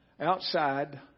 outside